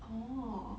orh